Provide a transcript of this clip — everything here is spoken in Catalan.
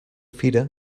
fira